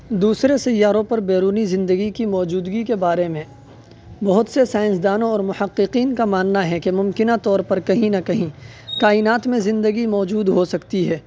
دوسرے سیاروں پر بیرونی زندگی کی موجودگی کے بارے میں بہت سے سائنس دانوں اور محققین کا ماننا ہے کہ ممکنہ طور پر کہیں نہ کہیں کائنات میں زندگی موجود ہو سکتی ہے